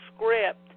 script